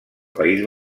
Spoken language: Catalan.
país